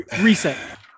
reset